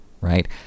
right